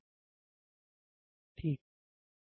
तैयार ठीक है शांत